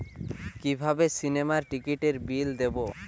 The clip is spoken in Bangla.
কিভাবে সিনেমার টিকিটের বিল দেবো?